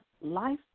life